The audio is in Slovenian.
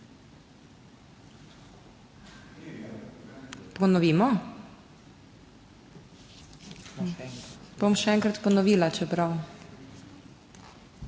Ponovimo? Bom še enkrat ponovila, čeprav…